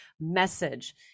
message